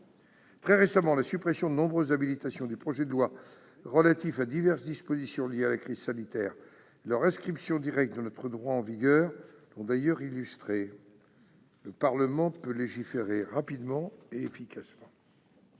Très récemment, la suppression de nombreuses habilitations du projet de loi relatif à diverses dispositions liées à la crise sanitaire et leur inscription directe dans notre droit en vigueur l'ont d'ailleurs illustré. Le Parlement peut légiférer rapidement et efficacement.